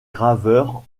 graveur